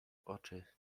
oczy